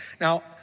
Now